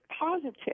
positive